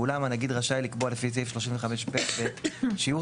ואולם הנגיד רשאי לקבוע לפי סעיף 35ב(ב) שיעור